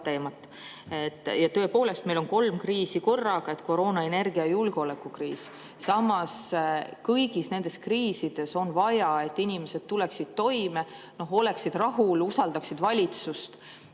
Ja tõepoolest, meil on kolm kriisi korraga: koroona‑, energia‑ ja julgeolekukriis. Aga kõigis nendes kriisides on vaja, et inimesed tuleksid toime, oleksid rahul, usaldaksid valitsust.